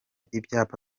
ibyapa